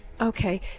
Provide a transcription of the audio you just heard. Okay